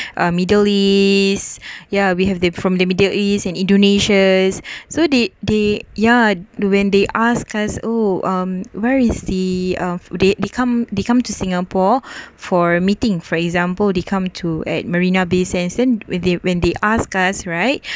um middle east yeah we have the from the middle east and indonesia's so they they yeah when they ask us oh um where is the uh they they come they come to singapore for a meeting for example they come to at marina bay sands then when they when they ask us right